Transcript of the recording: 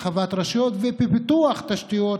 אכיפת רשויות ובפיתוח תשתיות,